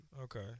Okay